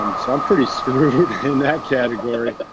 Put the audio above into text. um so i'm pretty screwed in that category.